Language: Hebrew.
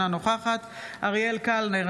אינה נוכחת אריאל קלנר,